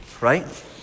right